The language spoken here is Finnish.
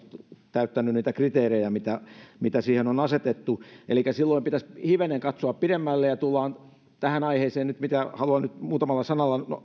täyttänyt niitä kriteerejä mitä mitä siihen on asetettu silloin pitäisi hivenen katsoa pidemmälle ja tullaan tähän aiheeseen mitä haluan nyt muutamalla sanalla